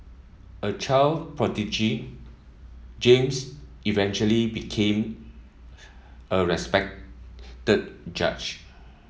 a child prodigy James eventually became a respected judge